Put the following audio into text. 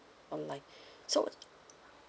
online so